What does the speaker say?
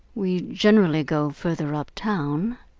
we generally go further up town,